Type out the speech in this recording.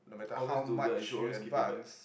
always do ya you should always keep it back